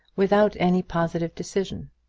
without any positive decision.